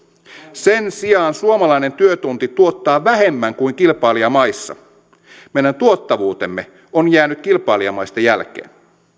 sen sijaan suomalainen työtunti tuottaa vähemmän kuin kilpailijamaissa meidän tuottavuutemme on jäänyt kilpailijamaista jälkeen